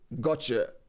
Gotcha